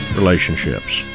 relationships